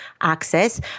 access